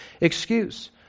excuse